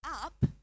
up